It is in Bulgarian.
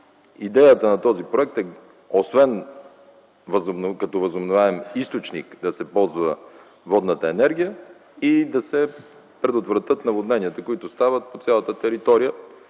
идеята на този проект, освен като възобновяем източник да се ползва водната енергия, е и да се предотвратят наводненията, които стават по цялата територия.